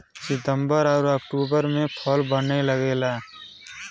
सितंबर आउर अक्टूबर में फल बने लगला